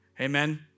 Amen